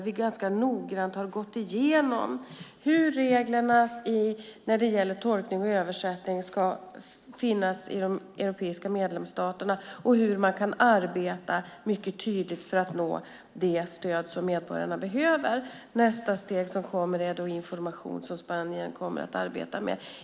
Vi har då gått igenom hur reglerna som gäller tolkning och översättning ska finnas i de europeiska medlemsstaterna och hur man kan arbeta tydligt för att få det stöd som medborgarna behöver. Nästa steg som kommer är information, som Spanien kommer att arbeta med.